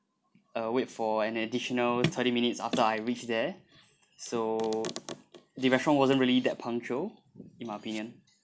uh wait for an additional thirty minutes after I reach there so the restaurant wasn't really that punctual in my opinion